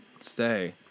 stay